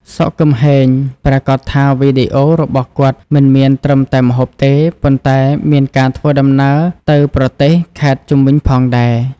សុខ គឹមហេង ប្រាកដថាវីដេអូរបស់គាត់មិនមានត្រឹមតែម្ហូបទេ ប៉ុន្តែមានការធ្វើដំណើរទៅប្រទេស ខេត្តជុំវិញផងដែរ។